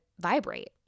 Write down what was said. vibrate